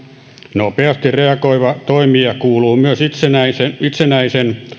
nopeasti reagoivana toimijana kuuluu myös itsenäisen itsenäisen